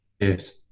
Yes